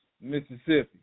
Mississippi